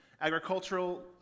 agricultural